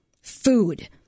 Food